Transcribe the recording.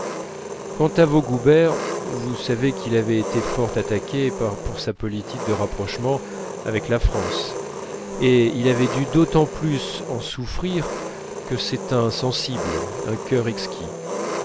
quant à vaugoubert vous savez qu'il avait été fort attaqué pour sa politique de rapprochement avec la france et il avait dû d'autant plus en souffrir que c'est un sensible un cœur exquis